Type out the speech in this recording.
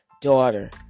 daughter